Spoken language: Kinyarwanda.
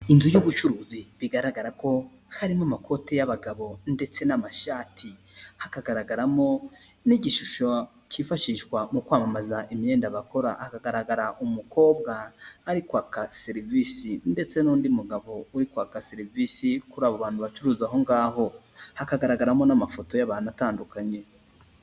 Inzu y'ubucuruzi bigaragara ko harimo amakoti y'abagabo ndetse n'amashati, hakagaragaramo n'igishusho kifashishwa mu kwamamaza imyenda bakora. Hagaragara umukobwa ari kwaka serivisi ndetse n'undi mugabo uri kwaka serivisi kuri abo bantu, bacuruza aho ngaho. Hakagaragaramo n'amafoto y'abantu atandukanye.